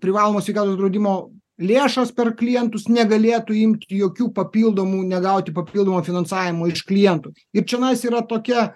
privalomo sveikatos draudimo lėšas per klientus negalėtų imti jokių papildomų negauti papildomo finansavimo iš klientų ir čionais yra tokia